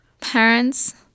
parents